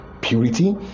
purity